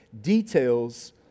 details